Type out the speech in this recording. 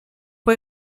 fue